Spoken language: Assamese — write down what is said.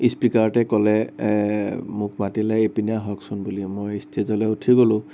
ইস্পিকাৰতে ক'লে মোক মাতিলে এইপিনে আহকচোন বুলি মই ইষ্টেজলে উঠি গ'লো